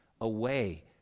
away